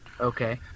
Okay